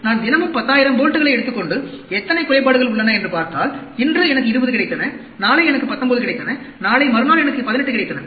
எனவே நான் தினமும் 10000 போல்ட்களை எடுத்துக் கொண்டு எத்தனை குறைபாடுகள் உள்ளன என்று பார்த்தால் இன்று எனக்கு 20 கிடைத்தன நாளை எனக்கு 19 கிடைத்தன நாளை மறுநாள் எனக்கு 18 கிடைத்தன